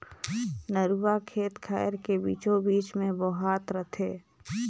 नरूवा खेत खायर के बीचों बीच मे बोहात रथे